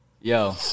Yo